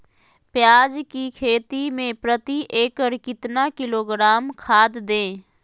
प्याज की खेती में प्रति एकड़ कितना किलोग्राम खाद दे?